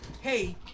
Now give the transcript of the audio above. hey